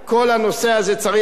צריך לאחד אותם.